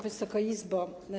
Wysoka Izbo!